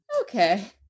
okay